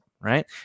right